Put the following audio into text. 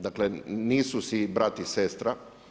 Dakle nisu si brat i sestra.